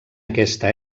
aquesta